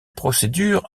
procédure